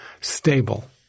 stable